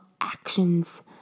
actions